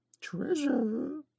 treasure